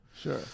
Sure